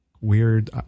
weird